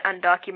undocumented